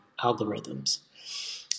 algorithms